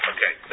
Okay